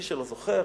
למי שלא זוכר,